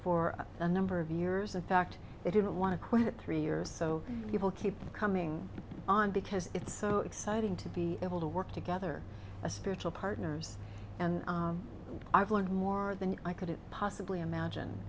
for a number of years a fact they didn't want to quit three years so people keep coming on because it's so exciting to be able to work together as a spiritual partners and i've learned more than i could possibly imagine